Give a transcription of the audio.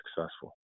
successful